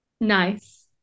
Nice